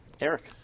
Eric